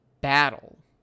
battle